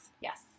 Yes